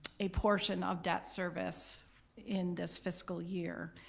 a portion of debt service in this fiscal year.